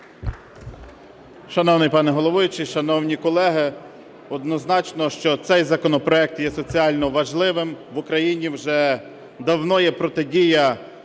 Шановний пане головуючий, шановні колеги, однозначно, що це законопроект є соціально важливим. В Україні вже давно є протидія